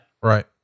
Right